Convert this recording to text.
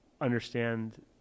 understand